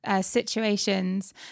Situations